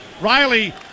Riley